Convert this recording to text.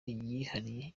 yihariye